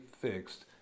fixed